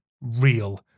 real